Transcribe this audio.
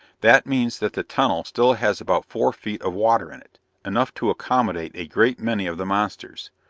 that means that the tunnel still has about four feet of water in it enough to accommodate a great many of the monsters.